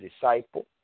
disciple